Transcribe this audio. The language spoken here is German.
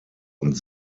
und